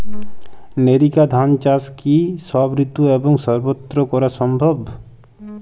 NERICA ধান চাষ কি সব ঋতু এবং সবত্র করা সম্ভব?